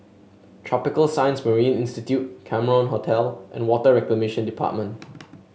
Tropical Science Marine Institute Cameron Hotel and Water Reclamation Department